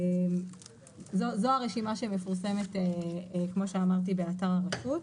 זו הרשימה שמפורסמת כפי שאמרתי באתר הרשות,